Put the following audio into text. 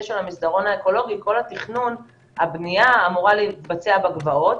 של המסדרון האקולוגי הבנייה אמורה להתבצע בגבעות,